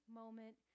moment